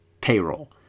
payroll